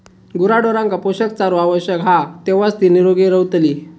गुराढोरांका पोषक चारो आवश्यक हा तेव्हाच ती निरोगी रवतली